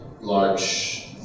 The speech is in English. large